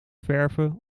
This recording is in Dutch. verven